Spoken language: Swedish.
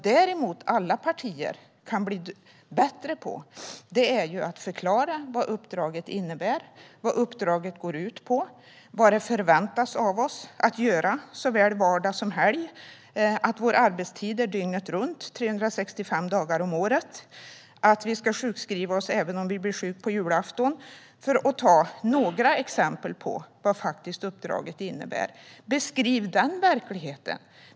Däremot kan alla partier bli bättre på att förklara vad uppdraget innebär och går ut på och vad det förväntas av oss att vi ska göra såväl vardag som helg - att vår arbetstid är dygnet runt 365 dagar om året och att vi ska sjukskriva oss även om vi blir sjuka på julafton, för att ta ett par exempel på vad uppdraget faktiskt innebär. Beskriv den verkligheten!